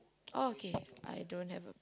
oh okay I don't have a